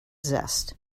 zest